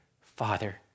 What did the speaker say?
father